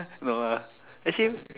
no ah actually